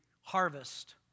harvest